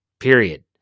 period